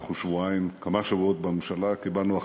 אנחנו כמה שבועות בממשלה וקיבלנו החלטה,